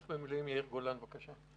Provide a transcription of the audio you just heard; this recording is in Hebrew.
אלוף במילואים יאיר גולן, בבקשה.